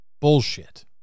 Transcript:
bullshit